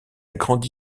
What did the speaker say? grandi